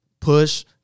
Push